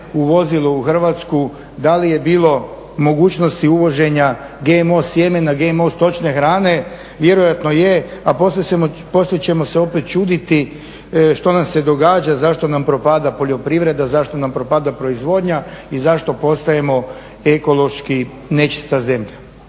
uvozilo u Hrvatsku, da li je bilo mogućnosti uvoženja GMO sjemena, GMO stočne hrane, vjerojatno je a poslije ćemo se opet čuditi što nam se događa, zašto nam propada poljoprivreda, zašto nam propada proizvodnja i zašto postajemo ekološki nečista zemlja.